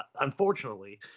unfortunately